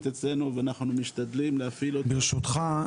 ואנחנו משתדלים להפעיל אותה- -- ברשותך,